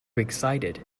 excited